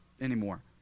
anymore